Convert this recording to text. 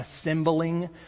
assembling